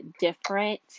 different